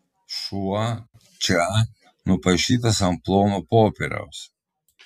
šuo čia nupaišytas ant plono popieriaus